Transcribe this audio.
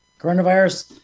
coronavirus